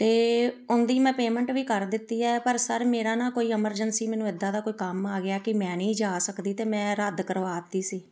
ਅਤੇ ਉਨਦੀ ਮੈਂ ਪੇਮੈਂਟ ਵੀ ਕਰ ਦਿੱਤੀ ਹੈ ਪਰ ਸਰ ਮੇਰਾ ਨਾ ਕੋਈ ਐਮਰਜੈਂਸੀ ਮੈਨੂੰ ਇੱਦਾਂ ਦਾ ਕੋਈ ਕੰਮ ਆ ਗਿਆ ਕਿ ਮੈਂ ਨਹੀਂ ਜਾ ਸਕਦੀ ਅਤੇ ਮੈਂ ਰੱਦ ਕਰਵਾ ਤੀ ਸੀ